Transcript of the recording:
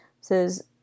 says